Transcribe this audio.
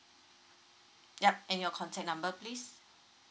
yup and your contact number please